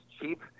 cheap